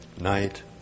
night